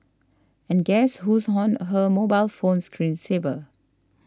and guess who's on her mobile phone screen saver